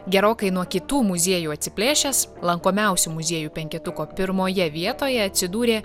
gerokai nuo kitų muziejų atsiplėšęs lankomiausių muziejų penketuko pirmoje vietoje atsidūrė